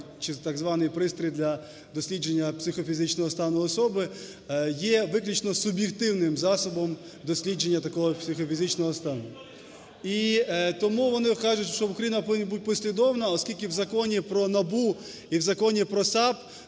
чи так званий пристрій для дослідження психофізичного стану особи є виключно суб'єктивним засобом дослідження такого психофізичного стану. І тому вони кажуть, що Україна повинна бути послідовна, оскільки в Законі про НАБУ і в Законі про САП,